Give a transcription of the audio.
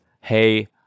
hey